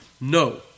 no